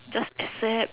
just accept